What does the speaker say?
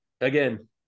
Again